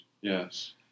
Yes